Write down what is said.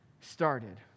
started